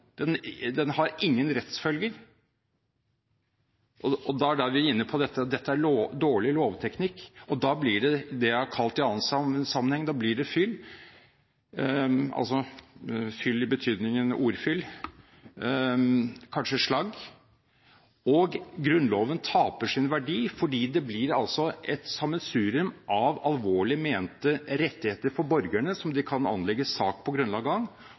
den har ingen rettsfølger. Da er vi inne på at dette er dårlig lovteknikk. Da blir det det jeg i en annen sammenheng har kalt fyll – i betydningen ordfyll – kanskje «slagg», og Grunnloven taper sin verdi, fordi det blir et sammensurium av alvorlig mente rettigheter for borgerne, som de kan anlegge sak på grunnlag